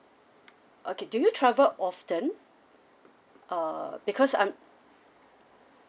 okay do you travel often uh because I'm